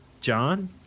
John